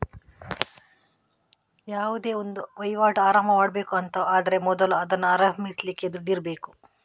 ಯಾವುದೇ ಒಂದು ವೈವಾಟು ಆರಂಭ ಮಾಡ್ಬೇಕು ಅಂತ ಆದ್ರೆ ಮೊದಲು ಅದನ್ನ ಆರಂಭಿಸ್ಲಿಕ್ಕೆ ದುಡ್ಡಿರ್ಬೇಕು